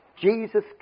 Jesus